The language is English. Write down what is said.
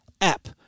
app